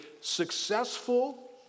successful